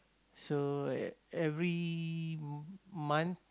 so e~ every m~ month